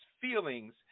feelings